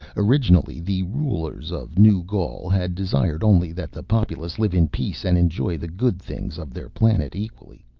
originally the rulers of new gaul had desired only that the populace live in peace and enjoy the good things of their planet equally.